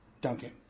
duncan